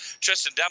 Tristan